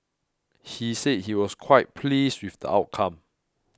he said he was quite pleased with the outcome